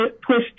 twist